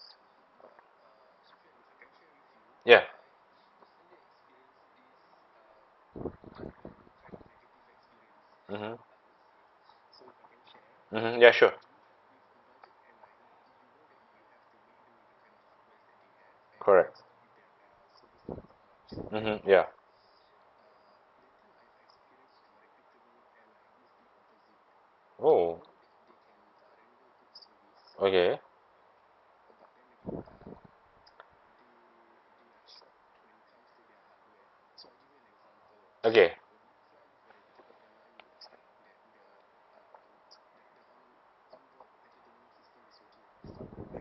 ya mmhmm mmhmm ya sure correct mmhmm ya oh okay okay